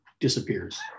disappears